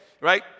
right